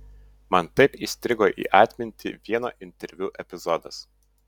man taip įstrigo į atmintį vieno interviu epizodas